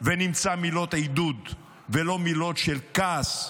ונמצא מילות עידוד ולא מילים של כעס.